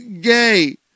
gay